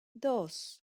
dos